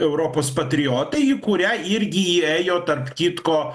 europos patriotai į kurią irgi įėjo tarp kitko